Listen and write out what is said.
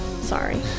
Sorry